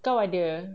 kau ada